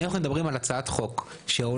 אם אנחנו מדברים על הצעת חוק שעולה,